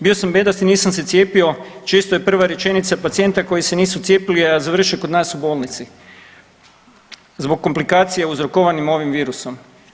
Bio sam bedast i nisam se cijepio često je prva rečenica pacijenta koji se nisu cijepili, a završe kod nas u bolnici zbog komplikacija uzrokovanim ovim virusom.